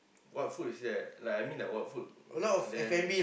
what food is there I mean like what food there